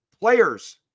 player's